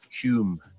Hume